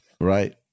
Right